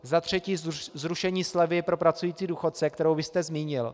Za třetí zrušení slevy pro pracující důchodce, kterou vy jste zmínil.